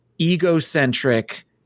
egocentric